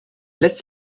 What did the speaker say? lässt